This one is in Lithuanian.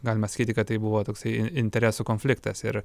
galima sakyti kad tai buvo toksai interesų konfliktas ir